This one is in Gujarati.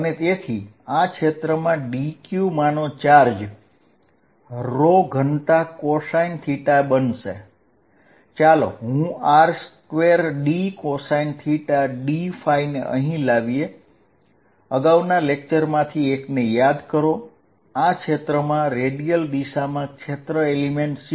અને તેથી આ ક્ષેત્રનો ચાર્જ dQaρcosθR2dcosθdϕ બનશે આપણા એક લેક્ચરને યાદ કરો તે આ ગોળા માટે રેડિયલ દિશામાં એરિયા એલિમેન્ટ છે